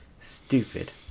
Stupid